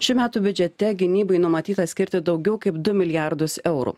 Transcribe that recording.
šių metų biudžete gynybai numatyta skirti daugiau kaip du milijardus eurų